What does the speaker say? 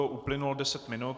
Uplynulo deset minut.